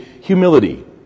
humility